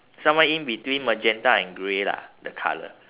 somewhere in between magenta and grey lah the colour